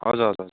हजुर हजुर हजुर